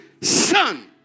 son